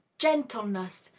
gentleness,